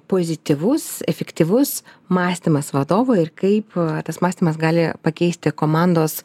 pozityvus efektyvus mąstymas vadovo ir kaip tas mąstymas gali pakeisti komandos